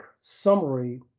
summary